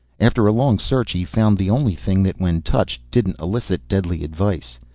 after a long search he found the only thing that when touched didn't elicit deadly advice.